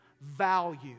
value